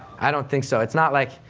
i don't think so. it's not like,